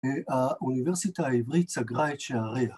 ‫האוניברסיטה העברית ‫סגרה את שעריה.